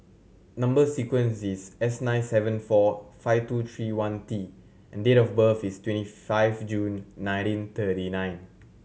number sequence is S nine seven four five two three one T and date of birth is twenty five June nineteen thirty nine